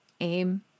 Aim